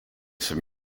som